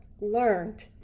learned